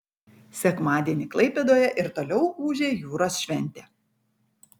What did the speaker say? sekmadienį klaipėdoje ir toliau ūžė jūros šventė